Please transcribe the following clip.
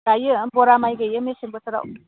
गायो बरा माइ गायो मेसें बोथोराव